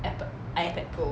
Apple ipad pro